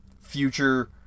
future